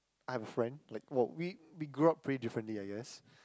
I have a friend like !wow! we we grow up pretty differently I guess